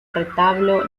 retablo